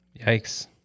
Yikes